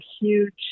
huge